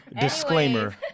Disclaimer